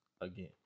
Again